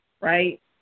right